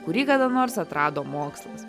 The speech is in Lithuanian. kurį kada nors atrado mokslas